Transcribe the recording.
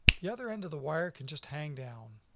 the other end of the wire can just hang down.